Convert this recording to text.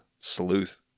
sleuth